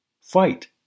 Fight